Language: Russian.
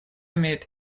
имеет